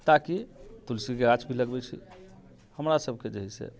ताकि तुलसी गाछ भी लगबै छी हमरा सबके जे है से